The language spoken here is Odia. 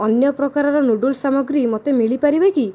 ଅନ୍ୟ ପ୍ରକାରର ନୁଡ଼ୁଲ୍ସ୍ ସାମଗ୍ରୀ ମୋତେ ମିଳି ପାରିବେ କି